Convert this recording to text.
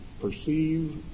perceive